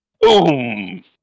boom